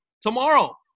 Tomorrow